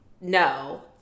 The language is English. no